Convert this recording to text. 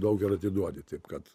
daug ir atiduodi taip kad